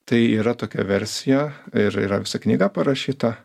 tai yra tokia versija ir yra visa knyga parašyta